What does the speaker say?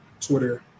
Twitter